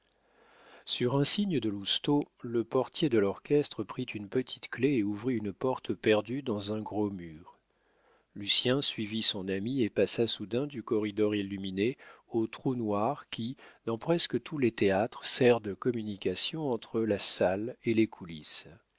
sur un signe de lousteau le portier de l'orchestre prit une petite clef et ouvrit une porte perdue dans un gros mur lucien suivit son ami et passa soudain du corridor illuminé au trou noir qui dans presque tous les théâtres sert de communication entre la salle et les coulisses